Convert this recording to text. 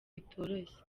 bitoroshye